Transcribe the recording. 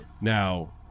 Now